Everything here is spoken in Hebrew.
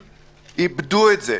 הגיוניות.